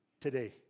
today